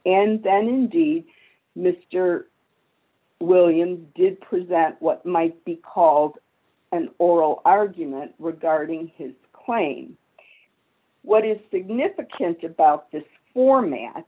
and then indeed mr williams did present what might be called an oral argument regarding his claim what is significant about this format